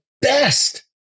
best